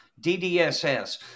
DDSS